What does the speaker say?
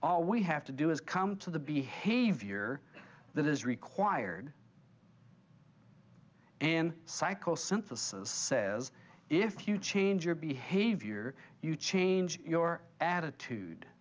all we have to do is come to the behavior that is required in cycle synthesis says if you change your behavior you change your attitude